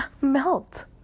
melt